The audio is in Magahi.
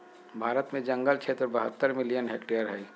भारत में जंगल क्षेत्र बहत्तर मिलियन हेक्टेयर हइ